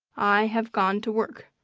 i have gone to work.